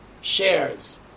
shares